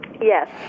Yes